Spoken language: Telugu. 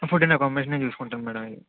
ఫుడ్ అండ్ అకోమడేషన్ నేను చూసుకుంటా మ్యాడమ్ అవి